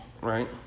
Right